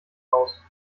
aus